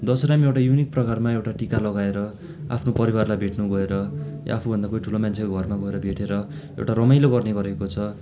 दशेराम् एउटा युनिक प्रकारमा एउटा टिका लगाएर आफ्नो परिवारलाई भेट्नु गएर या आफूभन्दा कोही ठुलो मान्छेको घरमा गएर भेटेर एउटा रमाइलो गर्ने गरेको छ